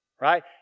right